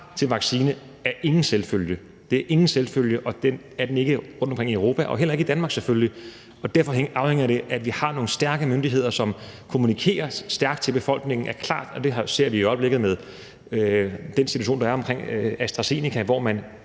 her – er ingen selvfølge. Den er ingen selvfølge, og det er den ikke rundtomkring i Europa og heller ikke i Danmark selvfølgelig. Og derfor afhænger det af, at vi har nogle stærke myndigheder, som kommunikerer stærkt og klart til befolkningen, og det ser vi i øjeblikket med den situation, der er omkring AstraZeneca, hvor man